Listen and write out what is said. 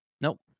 nope